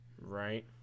Right